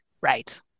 Right